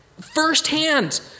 firsthand